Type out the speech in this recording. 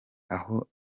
aho